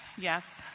yes,